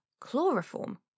Chloroform